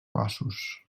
passos